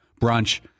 brunch